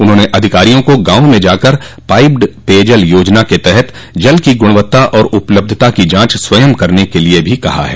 उन्होंने अधिकारियों को गॉवों में जाकर पाइप्ड पेयजल योजना के तहत जल की गुणवत्ता और उपलब्धता की जांच स्वयं करने के लिए भी कहा है